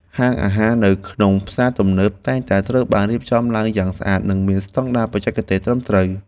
ហាងអាហារនៅក្នុងផ្សារទំនើបតែងតែត្រូវបានរៀបចំឡើងយ៉ាងស្អាត និងមានស្តង់ដារបច្ចេកទេសត្រឹមត្រូវបំផុត។